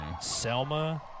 Selma